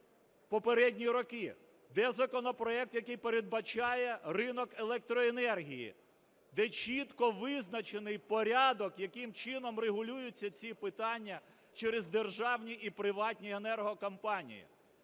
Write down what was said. попередні роки? Де законопроект, який передбачає ринок електроенергії? Де чітко визначений порядок, яким чином регулюються ці питання через державні і приватні енергокомпанії?